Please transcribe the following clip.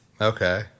okay